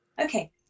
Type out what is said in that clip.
Okay